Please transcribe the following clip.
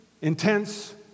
intense